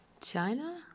China